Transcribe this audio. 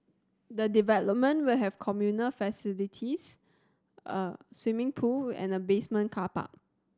the development will have communal facilities a swimming pool and a basement car park